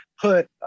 put